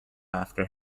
after